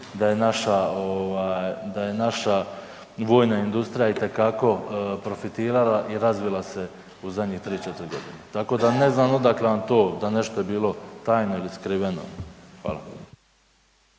da je naša vojna industrija itekako profitirala i razvila se u zadnje 3, 4 godine. Tako da, ne znam odakle vam to da nešto je bilo tajno ili skriveno. Hvala.